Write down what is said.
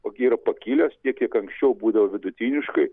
ogi yra pakilęs tiek kiek anksčiau būdavo vidutiniškai